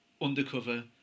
undercover